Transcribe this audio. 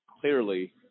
clearly